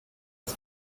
das